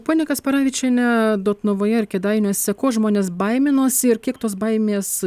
ponia kasparavičiene dotnuvoje ir kėdainiuose ko žmonės baiminosi ir kiek tos baimės